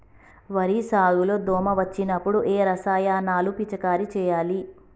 వరి సాగు లో దోమ వచ్చినప్పుడు ఏ రసాయనాలు పిచికారీ చేయాలి?